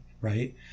right